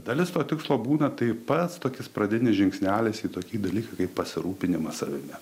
dalis to tikslo būna taip pat su tokiais pradiniais žingsneliais į tokį dalyką kaip pasirūpinimas savimi